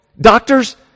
Doctors